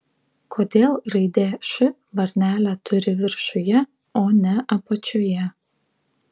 kodėl raidė š varnelę turi viršuje o ne apačioje